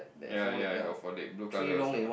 ya ya got four leg blue color also ah